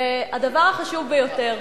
והדבר החשוב ביותר,